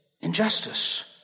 injustice